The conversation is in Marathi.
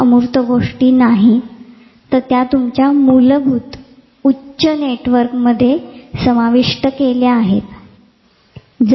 या अमूर्त गोष्टी नाहीत तर त्यां तुमच्या मुलभूत उच्च नेटवर्कमध्ये समाविष केल्या आहेत